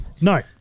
No